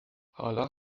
حالا